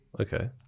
Okay